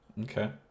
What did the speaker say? Okay